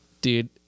Dude